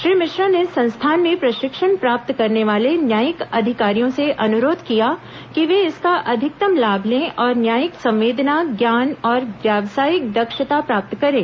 श्री मिश्रा ने संस्थान में प्रशिक्षण प्राप्त करने वाले न्यायिक अधिकारियों से अनुरोध किया कि वे इसका अधिकतम लाभ लें और न्यायिक संवेदना ज्ञान और व्यावसायिक दक्षता प्राप्त करें